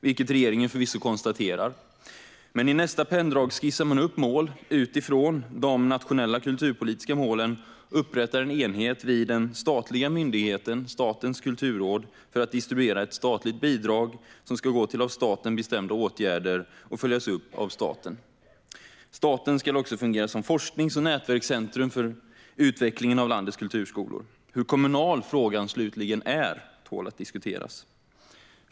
Detta konstaterar förvisso också regeringen, men i nästa penndrag skisserar man mål utifrån de nationella kulturpolitiska målen och upprättar en enhet vid den statliga myndigheten Statens kulturråd för att distribuera ett statligt bidrag som ska gå till av staten bestämda åtgärder och följas upp av staten. Staten ska också fungera som forsknings och nätverkscentrum för utvecklingen av landets kulturskolor. Hur kommunal frågan slutligen är tål att diskuteras.